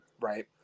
right